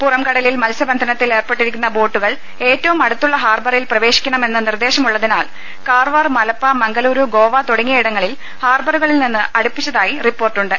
പുറ്ംകടലിൽ മത്സ്യബന്ധനത്തിൽ ഏർപ്പെട്ടിരി ക്കുന്ന ബോട്ടുകൾ ഏറ്റവും അടുത്തുള്ള ഹാർബറിൽ പ്രവേശിക്കണമെന്ന് നിർദേശം ഉള്ളതിനാൽ കാർവാർ മലപ്പ മംഗളുരു ഗോവ തുടങ്ങിയിടങ്ങളിൽ ഹാർബറുകളിൽ അടുപ്പിച്ചതായും റിപ്പോർട്ടു ണ്ട്